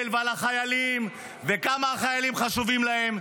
ועל החיילים וכמה החיילים חשובים להם,